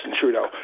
Trudeau